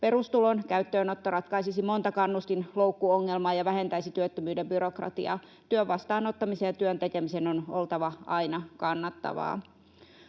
Perustulon käyttöönotto ratkaisisi monta kannustinloukkuongelmaa ja vähentäisi työttömyyden byrokratiaa. Työn vastaanottamisen ja työn tekemisen on oltava aina kannattavaa.